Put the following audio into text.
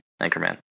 Anchorman